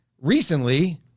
recently